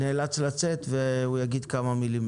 הוא ייאלץ לצאת והוא יגיד כמה מילים.